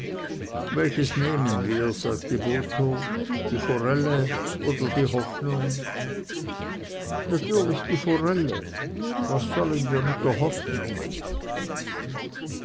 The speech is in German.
welches nehmen wir sagte botho die forelle oder die hoffnung natürlich die forelle was sollen wir mit der hoffnung